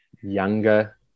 younger